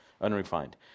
unrefined